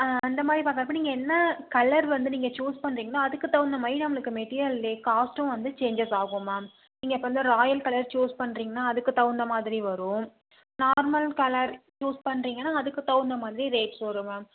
அந்தமாதிரி பண்ணுறப்ப நீங்கள் என்ன கலர் வந்து நீங்கள் சூஸ் பண்ணுறீங்களோ அதுக்கு தகுந்தமாதிரி நம்மளுக்கு மெட்டீரியலில் காஸ்ட்டும் வந்து சேஞ்சஸ் ஆகும் மேம் நீங்கள் இப்போ வந்து ராயல் கலர்ஸ் சூஸ் பண்ணுறீங்கனா அதுக்கு தகுந்தமாதிரி வரும் நார்மல் கலர் யூஸ் பண்ணுறீங்கனா அதுக்குத் தகுந்தமாதிரி ரேட்ஸ் வரும் மேம்